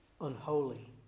unholy